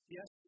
Yes